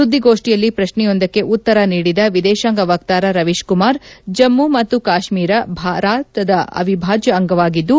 ಸುದ್ದಿಗೋಷ್ಠಿಯಲ್ಲಿ ಪ್ರಕ್ಷೆಯೊಂದಕ್ಕೆ ಉತ್ತರ ನೀಡಿದ ವಿದೇಶಾಂಗ ವಕ್ತಾರ ರವೀಶ್ ಕುಮಾರ್ ಜಮ್ಮ ಮತ್ತು ಕಾಶ್ಮೀರ ಭಾರತದ ಅವಿಭಾಜ್ಯ ಅಂಗವಾಗಿದ್ದು